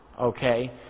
okay